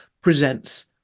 presents